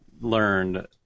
learned